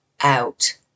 out